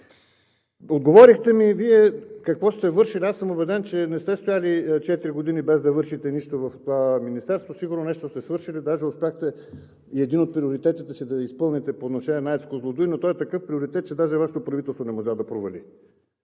Отговорихте ми какво сте вършили Вие. Аз съм убеден, че не сте стояли четири години, без да вършите нищо в това министерство, сигурно нещо сте свършили. Даже успяхте и един от приоритетите си да изпълните по отношение на АЕЦ „Козлодуй“, но той е такъв приоритет, че даже Вашето правителство не можа да провали.